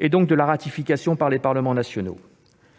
et donc de la ratification par les parlements nationaux.